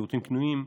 שירותים קנויים,